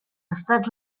estats